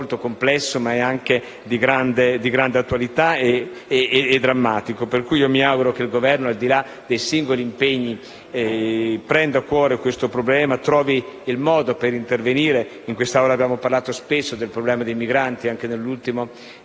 veramente molto complesso ma sia anche di grande attualità e drammatico per cui mi auguro che il Governo, al di là dei singoli impegni, prenda a cuore questo problema e trovi il modo per intervenire. In Aula abbiamo parlato spesso del problema dei migranti e anche nel corso